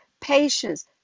patience